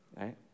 right